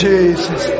Jesus